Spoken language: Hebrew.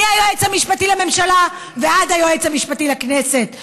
מהיועץ המשפטי לממשלה ועד היועץ המשפטי לכנסת.